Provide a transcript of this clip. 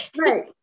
Right